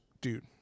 Dude